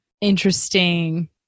interesting